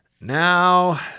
Now